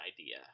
idea